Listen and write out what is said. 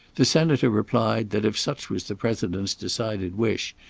the senator replied that, if such was the president's decided wish,